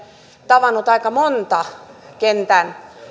tavannut aika monta kentän